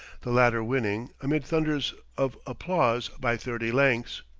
the latter winning, amid thunders of applause, by thirty lengths.